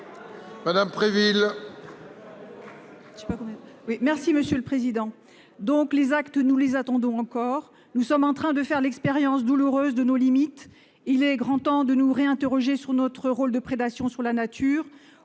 Angèle Préville, pour la réplique. Les actes, nous les attendons encore ! Nous sommes en train de faire l'expérience douloureuse de nos limites. Il est grand temps de nous réinterroger sur notre rôle de prédation sur la nature.